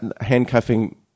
handcuffing